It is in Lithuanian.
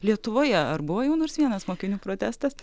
lietuvoje ar buvo jau nors vienas mokinių protestas